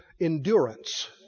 endurance